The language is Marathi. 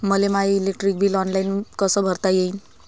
मले माय इलेक्ट्रिक बिल ऑनलाईन कस भरता येईन?